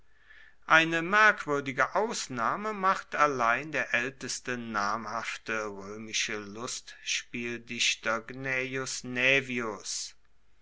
eine merkwuerdige ausnahme macht allein der aelteste namhafte roemische lustspieldichter